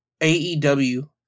AEW